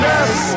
Yes